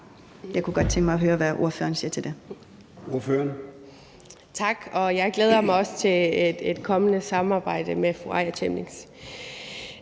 Jeg kunne godt tænke mig at høre, hvad ordføreren siger til det.